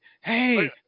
hey